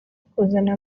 kuzana